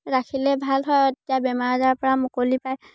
ৰাখিলে ভাল হয় তেতিয়া বেমাৰ আজাৰ পৰা মুকলি পায়